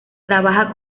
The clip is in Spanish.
trabaja